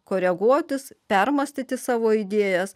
koreguotis permąstyti savo idėjas